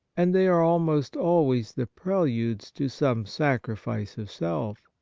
and they are almost always the preludes to some sacrifice of self.